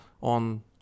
on